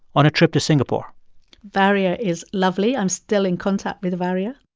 on a trip to singapore varya is lovely. i'm still in contact with varya.